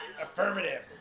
Affirmative